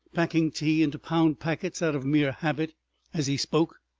packing tea into pound packets out of mere habit as he spoke.